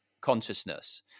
consciousness